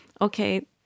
okay